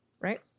Right